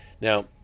Now